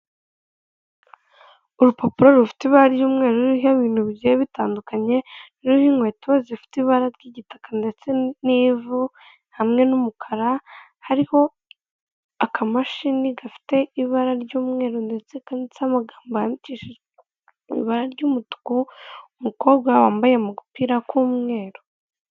Urupapuro rufite ibara ry'umweru ruho ibintu bigiye bitandukanye ririho inkweto zifite ibara ry'igitaka ndetse n'ivu hamwe n'umukara hariho akamashini gafite ibara ry'umweru ndetse kandi amagambo yandikishijwe ibara ry'umutuku, umukobwa wambaye mu mupira k'umweru.